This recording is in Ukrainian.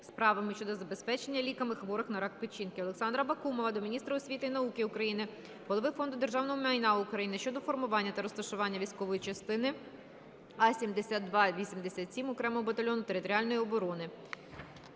справами щодо забезпечення ліками хворих на рак печінки. Олександра Бакумова до міністра освіти і науки України, Голови Фонду державного майна України щодо формування та розташування військової частини А7287 (окремого батальйону територіальної оборони).